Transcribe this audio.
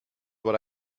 what